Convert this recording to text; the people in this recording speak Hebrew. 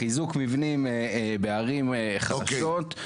חיזוק מבנים בערים חלשות,